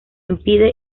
impide